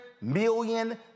million